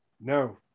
No